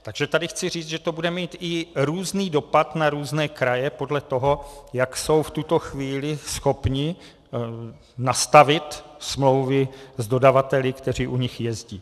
Takže tady chci říct, že to bude mít i různý dopad na různé kraje podle toho, jak jsou v tuto chvíli schopny nastavit smlouvy s dodavateli, kteří u nich jezdí.